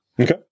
Okay